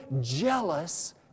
jealous